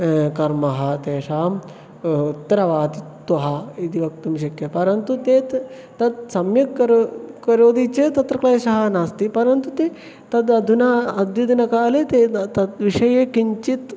कर्म तेषाम् उत्तरवादिनः इति वक्तुं शक्य परन्तु तेत् तत् सम्यक् करोति करोति चेत् तत्र क्लेशः नास्ति परन्तु ते तत् अधुना अद्यतनकाले ते तद्विषये किञ्चित्